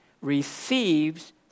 Receives